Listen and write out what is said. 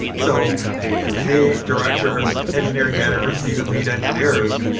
so me, directors, engineering managers and even lead engineers,